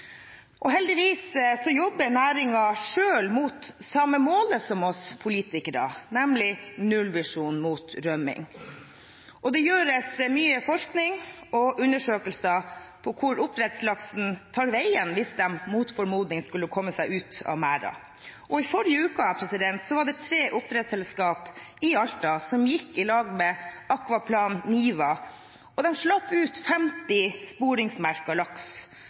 laksestammer. Heldigvis jobber næringen selv mot det samme målet som oss politikere, nemlig en nullvisjon for rømming. Det gjøres mye forskning og undersøkelser om hvor oppdrettslaksen tar veien hvis den – mot formodning – skulle komme seg ut av merden. I forrige uke var det tre oppdrettsselskaper i Alta som gikk sammen med Akvaplan-niva og slapp ut 50 sporingsmerkede laks,